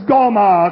Goma